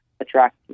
attract